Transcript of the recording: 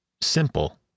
Simple